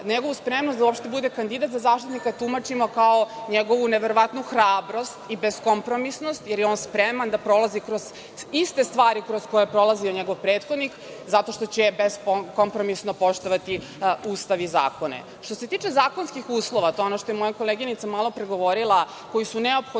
da uopšte bude kandidat za Zaštitnika, tumačimo kao njegovu neverovatnu hrabrost i beskompromisnost, jer je on spreman da prolazi kroz iste stvari kroz koje je prolazio njegov prethodnik, zato što će beskompromisno poštovati Ustav i zakone. Što se tiče zakonskih uslova, to je ono što je moja koleginica malo pre govorila, koji su neophodno